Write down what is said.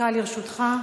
דקה לרשותך.